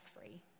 free